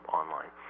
online